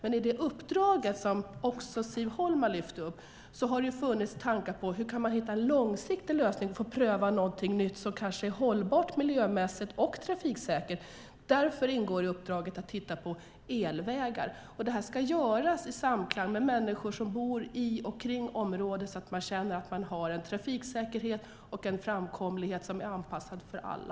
I det uppdrag som Siv Holma tog upp har det funnits tankar om hur man kan hitta en långsiktig lösning, att pröva någonting nytt som kanske är miljömässigt hållbart och trafiksäkert. Därför ingår i uppdraget att även titta på elvägar. Det ska göras i samklang med människorna som bor i och kring området så att de känner att de har en trafiksäkerhet och en framkomlighet som är anpassad för alla.